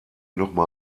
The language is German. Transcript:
nochmal